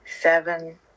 Seven